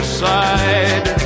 side